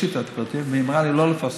יש לי את הפרטים, והיא אמרה לי לא לפרסם.